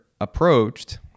approached